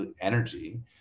energy